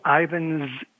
Ivan's